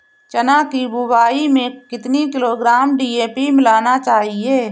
चना की बुवाई में कितनी किलोग्राम डी.ए.पी मिलाना चाहिए?